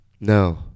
No